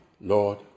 Lord